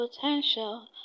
potential